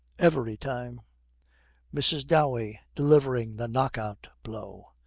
every time mrs. dowey, delivering the knock-out blow,